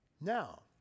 Now